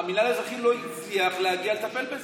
המינהל האזרחי לא הצליח להגיע לטפל בזה.